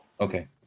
Okay